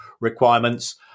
requirements